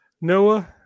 Noah